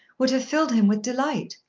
would have filled him with delight.